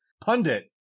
Pundit